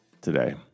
today